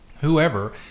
whoever